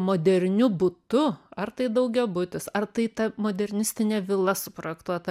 moderniu butu ar tai daugiabutis ar tai ta modernistinė vila suprojektuota